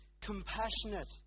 compassionate